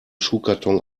schuhkarton